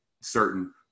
certain